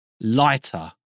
lighter